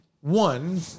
One